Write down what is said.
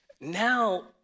now